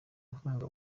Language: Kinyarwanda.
nkunga